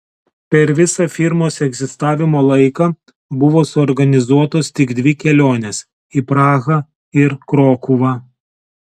per visą firmos egzistavimo laiką buvo suorganizuotos tik dvi kelionės į prahą ir krokuvą